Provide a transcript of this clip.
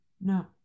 No